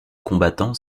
combattant